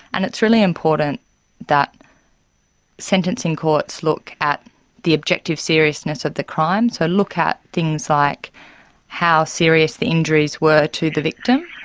and it's really important that sentencing courts look at the objective seriousness of the crime, so look at things like how serious the injuries were to the victim,